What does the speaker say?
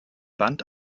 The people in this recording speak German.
band